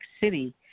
City